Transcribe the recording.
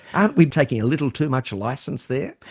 aren't we taking a little too much license there?